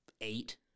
eight